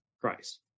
Christ